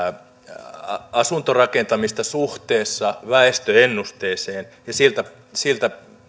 asuntorakentamista katsottaisiin suhteessa väestöennusteeseen ja siltä siltä